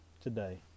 today